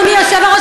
אדוני היושב-ראש,